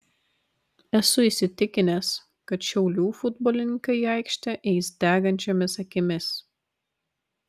esu įsitikinęs kad šiaulių futbolininkai į aikštę eis degančiomis akimis